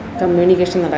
communication